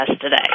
today